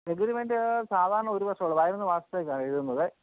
agreement സാധാരണ ഒരു വർഷം ഉള്ളൂ പതിനൊന്ന് മാസത്തേക്കാ എഴുതുന്നത്